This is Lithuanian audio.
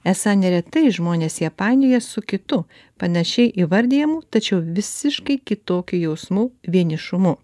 esą neretai žmonės ją painioja su kitu panašiai įvardijamu tačiau visiškai kitokiu jausmu vienišumu